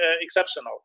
exceptional